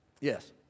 Yes